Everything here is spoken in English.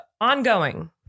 Ongoing